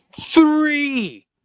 three